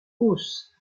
hausse